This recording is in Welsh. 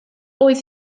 oedd